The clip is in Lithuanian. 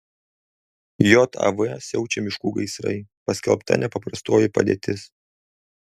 jav siaučia miškų gaisrai paskelbta nepaprastoji padėtis